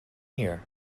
here